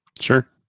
Sure